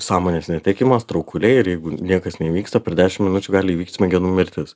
sąmonės netekimas traukuliai ir jeigu niekas neįvyksta per dešim minučių gali įvykt smegenų mirtis